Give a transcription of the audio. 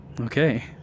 Okay